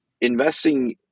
investing